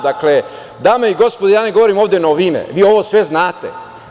Dakle, dame i gospodo, ja ne govorim ovde novine, vi ovo sve znate.